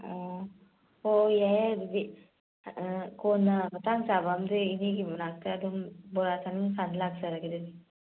ꯑꯣ ꯍꯣꯏ ꯍꯣꯏ ꯌꯥꯔꯦ ꯌꯥꯔꯦ ꯑꯗꯨꯗꯤ ꯀꯣꯟꯅ ꯃꯇꯥꯡ ꯆꯥꯕ ꯑꯃꯗ ꯏꯅꯦꯒꯤ ꯃꯅꯥꯛꯇ ꯑꯗꯨꯝ ꯕꯣꯔꯥ ꯆꯥꯅꯤꯡꯉꯀꯥꯟꯗ ꯂꯥꯛꯆꯔꯒꯦ ꯑꯗꯨꯗꯤ